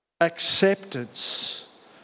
acceptance